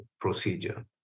procedure